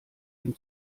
dem